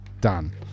Done